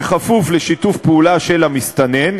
כפוף לשיתוף פעולה של המסתנן.